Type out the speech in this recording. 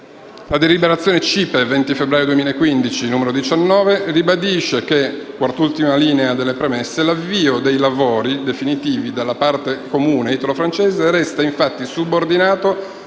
La deliberazione CIPE del 20 febbraio 2015, n. 19, ribadisce, alla quartultima riga delle premesse, che l'avvio dei lavori definitivi della parte comune italo-francese resta, infatti, subordinato